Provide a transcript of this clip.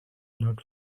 not